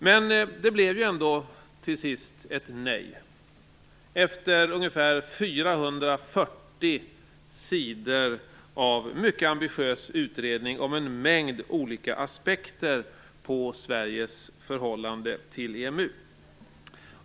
Men det blev ju ändå till sist ett nej efter ungefär 440 sidor av mycket ambitiös utredning om en mängd olika aspekter på Sveriges förhållande till EMU.